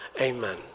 Amen